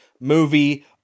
movie